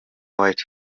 white